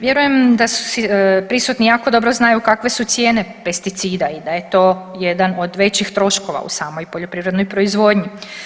Vjerujem da prisutni jako dobro znaju kakve su cijene pesticida i da je to jedan od većih troškova u samoj poljoprivrednoj proizvodnji.